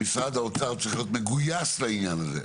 משרד האוצר צריך להיות מגויס לעניין הזה.